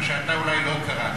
מה שאתה אולי לא קראת,